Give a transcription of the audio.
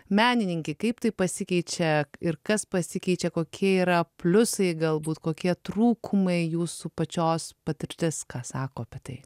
menininkė kaip tai pasikeičia ir kas pasikeičia kokie yra pliusai galbūt kokie trūkumai jūsų pačios patirtis ką sako apie tai